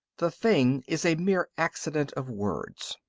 the thing is a mere accident of words.